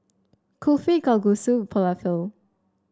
Kulfi Kalguksu Falafel